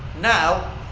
now